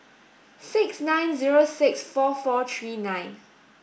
six nine zero six four four three nine